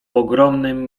ogromnym